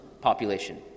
population